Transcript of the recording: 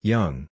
Young